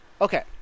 Okay